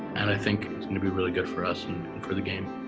and i think it's going to be really good for us and for the game.